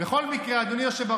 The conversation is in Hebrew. אני אומר לך שכן.